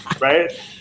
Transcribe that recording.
Right